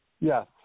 Yes